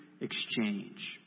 exchange